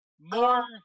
More